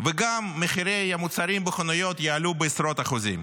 וגם מחירי המוצרים בחנויות יעלו בעשרות אחוזים.